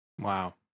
Wow